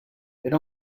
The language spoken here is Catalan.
era